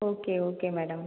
okay okay madam